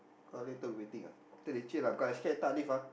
uh later we waiting ah later leceh lah because later I scared later Alif ah